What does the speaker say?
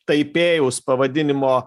taipėjaus pavadinimo